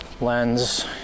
lens